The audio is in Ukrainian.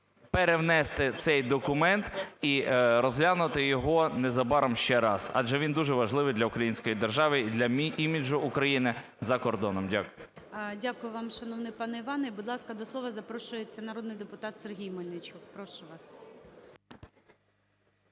перевнести цей документ і розглянути його незабаром ще раз, адже він дуже важливий для української держави і для іміджу України за кордоном. Дякую. ГОЛОВУЮЧИЙ. Дякую вам, шановний пане Іване. Будь ласка, до слова запрошується народний депутат Сергій Мельничук. Прошу вас.